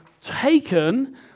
taken